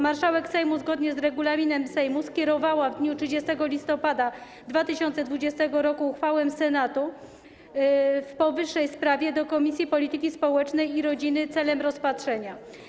Marszałek Sejmu zgodnie z regulaminem Sejmu skierowała w dniu 30 listopada 2020 r. uchwałę Senatu w powyższej sprawie do Komisji Polityki Społecznej i Rodziny w celu rozpatrzenia.